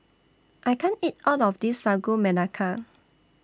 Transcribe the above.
I can't eat All of This Sagu Melaka